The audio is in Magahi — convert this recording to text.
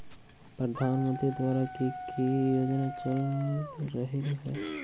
प्रधानमंत्री द्वारा की की योजना चल रहलई ह?